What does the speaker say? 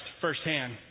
firsthand